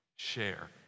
share